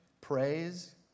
praise